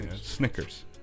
Snickers